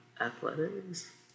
Athletics